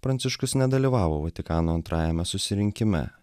pranciškus nedalyvavo vatikano antrajame susirinkime